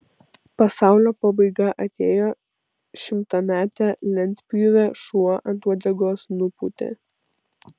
pasaulio pabaiga atėjo šimtametę lentpjūvę šuo ant uodegos nupūtė